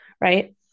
right